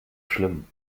schlimm